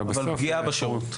אבל פגיעה בשירות.